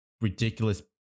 ridiculous